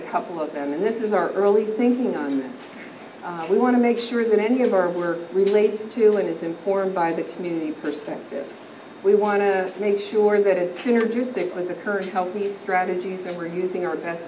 a couple of them and this is our early thinking on it we want to make sure that any of our work relates to this informed by the community perspective we want to make sure that it's clear to stick with the current health strategies and we're using our best